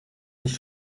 nicht